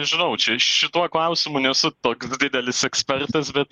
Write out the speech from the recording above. nežinau čia šituo klausimu nesu toks didelis ekspertas bet